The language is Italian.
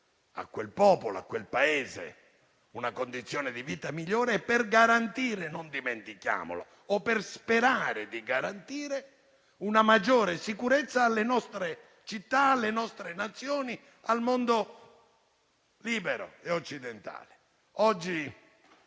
a quel popolo e a quel Paese una condizione di vita migliore, per garantire - non dimentichiamolo - o per sperare di garantire una maggiore sicurezza alle nostre città, alle nostre Nazioni, al mondo libero e occidentale. Oggi